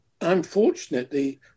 unfortunately